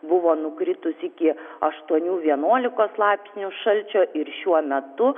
buvo nukritus iki aštuonių vienuolikos laipsnių šalčio ir šiuo metu